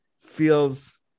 feels